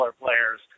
players